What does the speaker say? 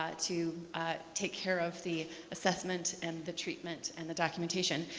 ah to take care of the assessment and the treatment and the documentation.